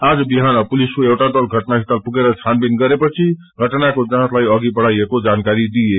आज बिहान पुलिसको एउटा दल घटनासील पुगेर छानविन गरेपछि जाँचलाई अधि बढाईएको जानकारी दिए